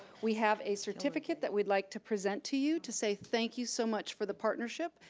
we have a certificate that we'd like to present to you to say thank you so much for the partnership,